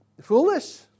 foolish